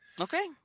okay